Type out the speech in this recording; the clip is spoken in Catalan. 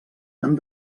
han